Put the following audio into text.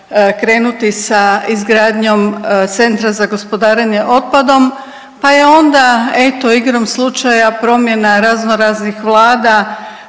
krenuti sa izgradnjom Centra za gospodarenje otpadom, pa je onda eto igrom slučaja promjena razno raznih vlada